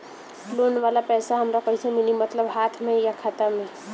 Loan वाला पैसा हमरा कइसे मिली मतलब हाथ में या खाता में?